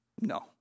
No